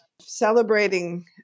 celebrating